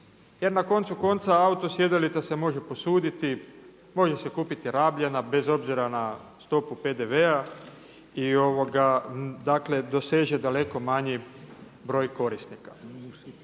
jer na koncu konca auto sjedalica se može posuditi, može se kupiti rabljena, bez obzira na stopu PDV-a i doseže daleko manji broj korisnika.